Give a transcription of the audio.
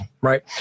right